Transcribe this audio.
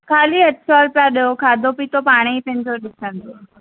खाली अठ सौ रुपया ॾियो खाधो पीतो पाणे ई थींदो ॾिसंदो